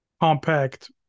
compact